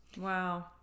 Wow